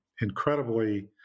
incredibly